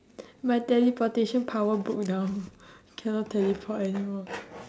my teleportation power broke down cannot teleport anymore